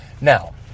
Now